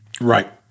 Right